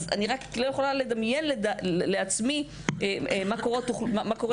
אני לא יכולה לדמיין לעצמי מה קורה